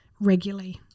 regularly